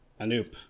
Anoop